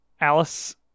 Alice